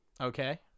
Okay